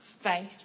faith